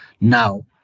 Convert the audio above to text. Now